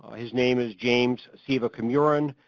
his name is james seevakumaran.